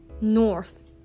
North